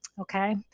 Okay